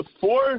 four